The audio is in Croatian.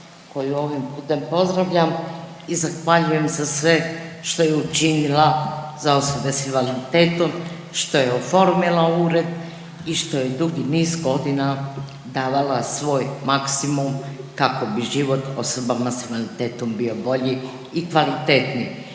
koju ovim putem pozdravljam i zahvaljujem za sve što je učinila za osobe s invaliditetom, što je oformila ured i što je dugi niz godina davala svoj maksimum kako bi život osobama s invaliditetom bio bolji i kvalitetniji.